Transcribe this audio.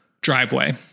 driveway